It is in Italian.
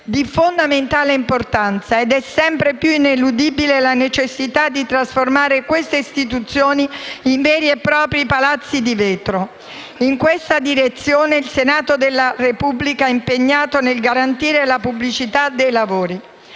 di fondamentale importanza ed è sempre più ineludibile la necessità di trasformare queste istituzioni in veri e propri palazzi di vetro. In questa direzione il Senato della Repubblica è impegnato nel garantire la pubblicità dei lavori.